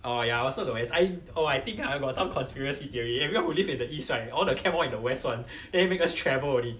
orh ya I also the west I oh I think I got some conspiracy theory everyone who live in the east right all the camp all in the west [one] then make us travel only